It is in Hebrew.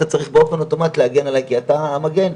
אתה צריך באופן אוטומטי להגן עלי כי אתה המגן.